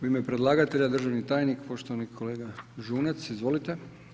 U ime predlagatelja, državni tajnik, poštovani kolega Žunac, izvolite.